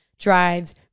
drives